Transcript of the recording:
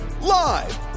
live